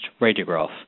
radiograph